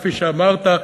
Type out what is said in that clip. כפי שאמרת,